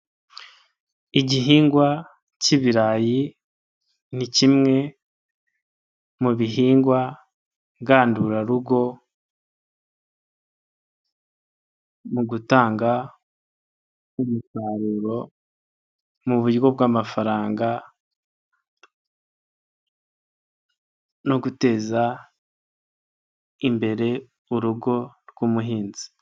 Igihingwa cy'ibirayi ni kimwe mu bihingwa ngandurarugo mu gutanga umusaruro mu buryo bw'amafaranga, no guteza imbere urugo rw'umuhinzi.